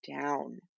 down